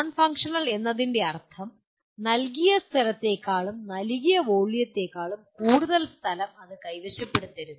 non functional എന്നതിനർത്ഥം നൽകിയ സ്ഥലത്തേക്കാളും നൽകിയ വോളിയത്തേക്കാളും കൂടുതൽ സ്ഥലം അത് കൈവശപ്പെടുത്തരുത്